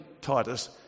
Titus